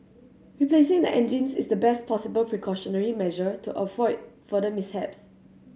replacing the engines is the best possible precautionary measure to avoid further mishaps